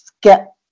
get